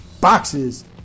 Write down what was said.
Boxes